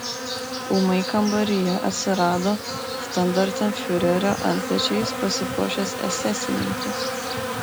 ūmai kambaryje atsirado štandartenfiurerio antpečiais pasipuošęs esesininkas